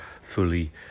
fully